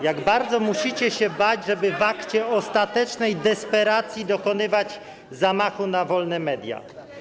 Jak bardzo musicie się bać, żeby w akcie ostatecznej desperacji dokonywać zamachu na wolne media.